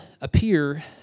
appear